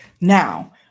Now